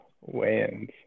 Weigh-ins